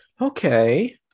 okay